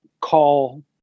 call